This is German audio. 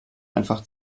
einfach